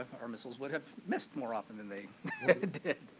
our missiles would've missed more often than they did.